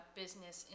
business